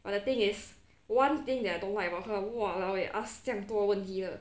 but the thing is one thing that I don't like about her !walao! eh ask 这样多问题的